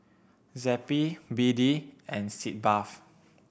Zappy B D and Sitz Bath